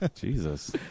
Jesus